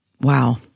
Wow